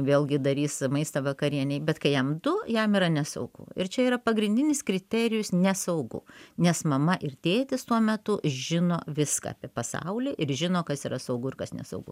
vėlgi darys maistą vakarienei bet kai jam du jam yra nesaugu ir čia yra pagrindinis kriterijus nesaugu nes mama ir tėtis tuo metu žino viską apie pasaulį ir žino kas yra saugu ir kas nesaugu